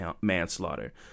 manslaughter